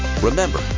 Remember